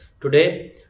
today